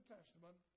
Testament